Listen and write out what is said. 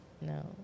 No